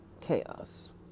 chaos